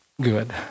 good